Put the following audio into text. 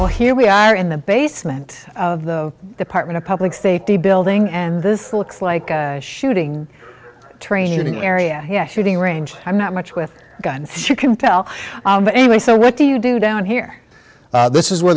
well here we are in the basement of the department of public safety building and this looks like a shooting training area yeah shooting range i'm not much with guns you can tell but anyway so what do you do down here this is where